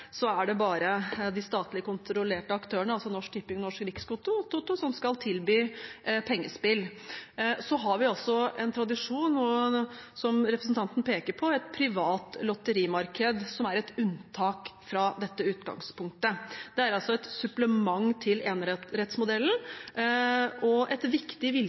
det i utgangspunktet bare er de statlig kontrollerte aktørene, altså Norsk Tipping og Norsk Rikstoto, som skal tilby pengespill. Så har vi altså en tradisjon, som representanten peker på, med et privat lotterimarked, som er et unntak fra dette utgangspunktet. Det er altså et supplement til enerettsmodellen, og et viktig